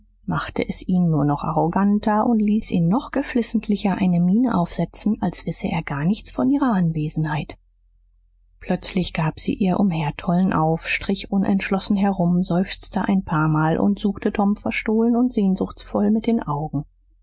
machte es ihn nur noch arroganter und ließ ihn noch geflissentlicher eine miene aufsetzen als wisse er gar nichts von ihrer anwesenheit plötzlich gab sie ihr umhertollen auf strich unentschlossen herum seufzte ein paarmal und suchte tom verstohlen und sehnsuchtsvoll mit den augen